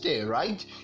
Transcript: right